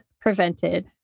prevented